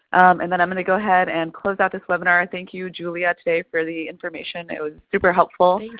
and then i'm going to go ahead and close out this webinar. thank you, julia today for the information it was super helpful.